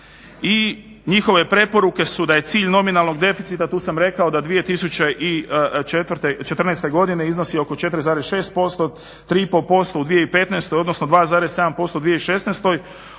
I njihove preporuke su da je cilj nominalnog deficita, tu sam rekao da 2014. godine iznosi oko 4,6%, 3,5% u 2015. odnosno 2,7% u 2016. odnosno